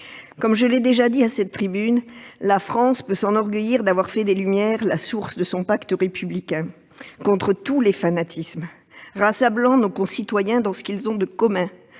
Comme je l'ai déjà dit à cette tribune, la France peut s'enorgueillir d'avoir fait des Lumières la source de son pacte républicain, contre tous les fanatismes, rassemblant nos concitoyens dans ce qu'ils ont de commun,